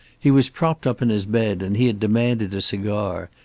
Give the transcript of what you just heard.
he was propped up in his bed, and he had demanded a cigar,